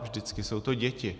Vždycky jsou to děti.